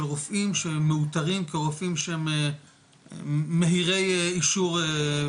רופאים שמאותרים כרופאים שהם 'מהירי אישור',